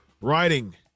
riding